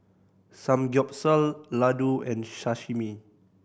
Samgyeopsal Ladoo and Sashimi